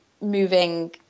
moving